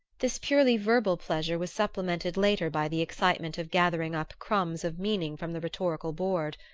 this purely verbal pleasure was supplemented later by the excitement of gathering up crumbs of meaning from the rhetorical board.